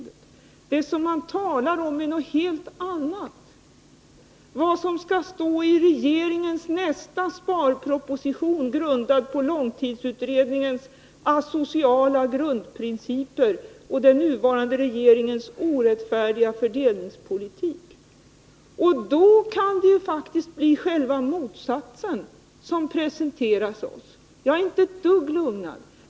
Det som hon talar om är något helt annat. Det är vad som skall stå i regeringens nästa sparproposition, och den kommer att grundas på långtidsutredningens asociala grundprinciper och den nuvarande regeringens orättfärdiga fördelningspolitik. Då kan det ju faktiskt bli raka motsatsen som presenteras oss. Jag är inte ett dugg lugnad.